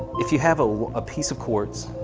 if you have a piece of quartz